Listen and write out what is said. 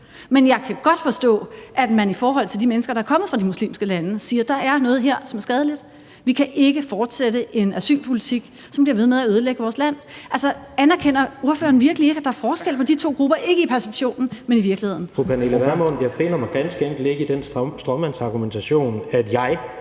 men jeg kan godt forstå, at man i forhold til de mennesker, der er kommet fra de muslimske lande, siger, at der er noget dér, som er skadeligt, og at vi ikke kan fortsætte en asylpolitik, som bliver ved med at ødelægge vores land. Anerkender ordføreren virkelig ikke, at der er forskel på de to grupper – ikke i perceptionen, men i virkeligheden? Kl. 14:51 Formanden (Henrik Dam Kristensen): Ordføreren. Kl.